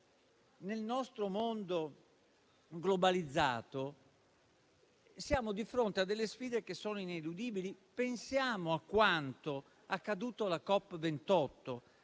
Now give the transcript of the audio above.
nel nostro mondo globalizzato, siamo di fronte a delle sfide ineludibili. Pensiamo a quanto accaduto alla COP28,